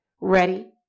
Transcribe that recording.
Ready